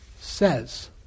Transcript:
Says